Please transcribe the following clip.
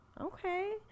Okay